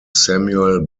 samuel